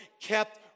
kept